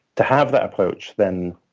to have that approach, then